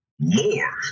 more